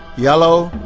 yellow,